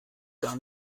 gar